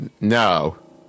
no